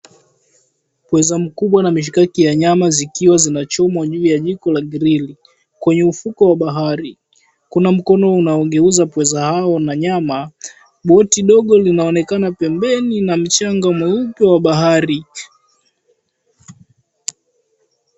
Pweza mkubwa na mishkaki ya nyama zikiwa zinachomwa juu ya jiko la grili kwenye ufukwe wa bahari. Kuna mkono unaogeuza pweza hao na nyama. Boti dogo linaonekana pembeni na mchanga mweupe wa bahari.